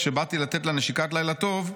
כשבאתי לתת לה נשיקת לילה טוב,